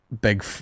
big